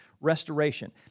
restoration